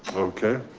okay.